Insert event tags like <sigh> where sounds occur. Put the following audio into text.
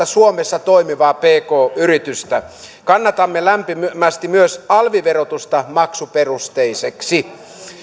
<unintelligible> suomessa toimivaa pk yritystä kannatamme lämpimästi myös alviverotusta maksuperusteiseksi